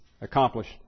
accomplished